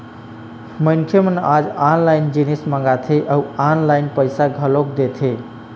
मनखे मन आज ऑनलाइन जिनिस मंगाथे अउ ऑनलाइन पइसा घलोक दे देथे